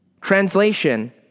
translation